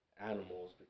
animals